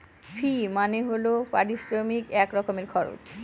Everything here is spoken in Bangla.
ফি মানে হল পারিশ্রমিক এক রকমের খরচ